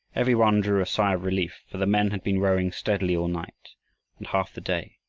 every one drew a sigh of relief, for the men had been rowing steadily all night and half the day.